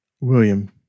William